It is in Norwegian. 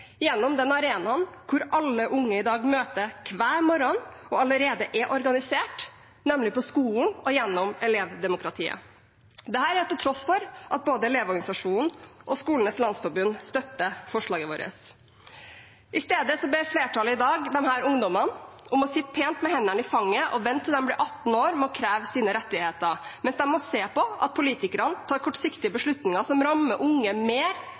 gjennom den arenaen der alle unge i dag møter hver morgen og allerede er organisert, nemlig på skolen og gjennom elevdemokratiet – dette til tross for at både Elevorganisasjonen og Skolenes landsforbund støtter forslaget vårt. I stedet ber flertallet i dag disse ungdommene om å sitte pent med hendene i fanget og vente til de blir 18 år med å kreve sine rettigheter, mens de må se på at politikerne tar kortsiktige beslutninger som rammer unge mer